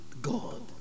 God